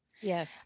Yes